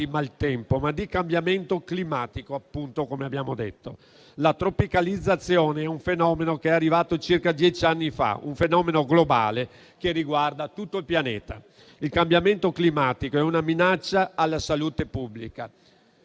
di maltempo, ma di cambiamento climatico, come appunto abbiamo detto. La tropicalizzazione è un fenomeno globale che è arrivato circa dieci anni fa e che riguarda tutto il pianeta. Il cambiamento climatico è una minaccia per la salute pubblica,